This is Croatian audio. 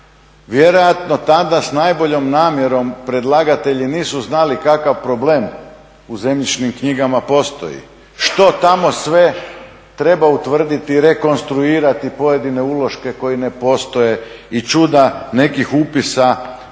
Vjerojatno tada s najboljom namjerom predlagatelji nisu znali kakav problem u zemljišnim knjigama postoji, što tamo sve treba utvrditi, rekonstruirati pojedine uloške koji ne postoje i čuda nekih upisa od